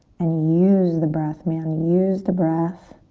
and use the breath, man, use the breath.